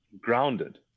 grounded